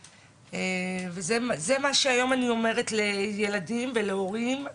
וזה מה שהיום אני אומרת לילדים, ולהורים,